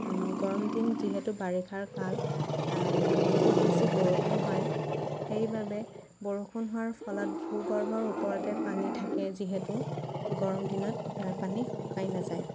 গৰম দিন যিহেতু বাৰিষাৰ কাল বহুত বেছি বৰষুণ হয় সেইবাবে বৰষুণ হোৱাৰ ফলত ভূ গৰ্ভৰ ওপৰতে পানী থাকে যিহেতু গৰম দিনত ইয়াৰ পানী শুকাই নাযায়